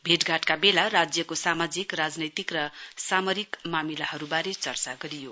भेटघाटका बेला राज्यको सामाजिक राजनैतिक र सामरिक मामिलाहरूबारे चर्चा गरियो